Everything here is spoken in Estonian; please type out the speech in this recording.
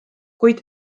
kuid